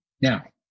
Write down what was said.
Now